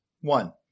One